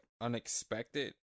unexpected